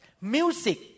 Music